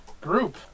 Group